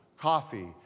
Coffee